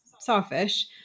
sawfish